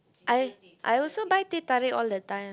I I also buy teh-tarik all the time